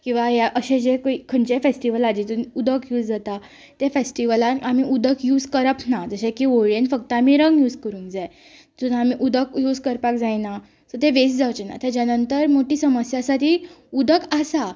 किंवा हे अशें जे कोई खंयचेंय फेस्टिवल आसा जितून उदक यूज जाता ते फेस्टिवलान आमी उदक यूज करप ना जशें की होळयेन आमी फक्त रंग यूज करूंक जाय तितून आमी उदक यूज करपाक जायना सो ते वेस्ट जावचे ना तेच्या नंतर मोठी समस्या आसा ती उदक आसा